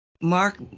mark